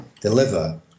deliver